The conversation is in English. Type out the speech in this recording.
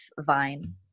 vine